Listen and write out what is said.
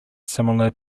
similar